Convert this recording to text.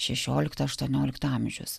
šešioliktą aštuonioliktą amžius